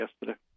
yesterday